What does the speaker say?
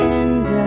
end